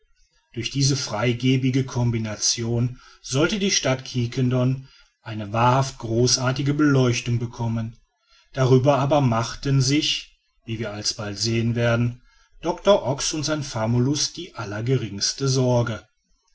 durch diese freigebige kombination sollte die stadt quiquendone eine wahrhaft großartige beleuchtung bekommen darüber aber machten sich wie wir alsbald sehen werden doctor ox und sein famulus die allergeringste sorge